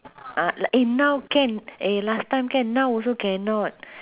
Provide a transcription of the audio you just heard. ah l~ eh now can eh last time can now also cannot